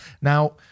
Now